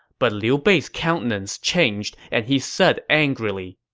but liu bei's countenance changed and he said angrily,